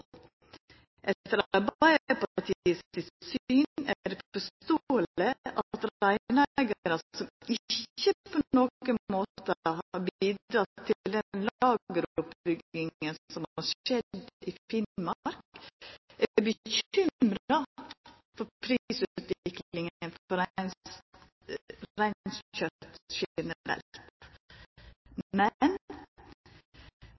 Etter Arbeidarpartiet sitt syn er det forståeleg at reineigarar som ikkje på nokon måte har bidrege til den lageroppbygginga som har skjedd i Finnmark, er bekymra for